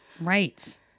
Right